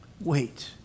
wait